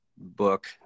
Book